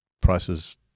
prices